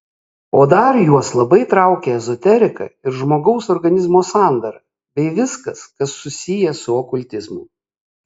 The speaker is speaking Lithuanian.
o dar juos labai traukia ezoterika ir žmogaus organizmo sandara bei viskas kas susiję su okultizmu